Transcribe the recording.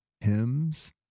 hymns